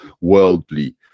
worldly